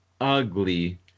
ugly